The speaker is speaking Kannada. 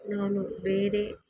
ನಾನು ಬೇರೆ